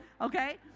okay